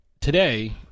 today